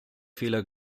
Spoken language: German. fehler